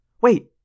Wait